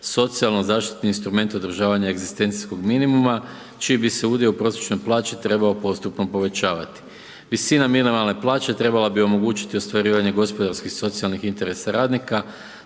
socijalno zaštitni instrument održavanja egzistencijskog minimuma čiji bi se udio u prosječnoj plaći trebao postupno povećavati. Visina minimalne plaće trebala bi omogućiti ostvarivanje gospodarskih i socijalnih interesa radnika